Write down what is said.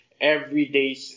everyday